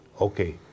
Okay